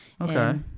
Okay